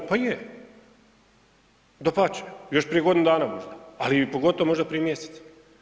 Pa je, dapače, još prije godinu dana možda, a pogotovo možda prije mjesec.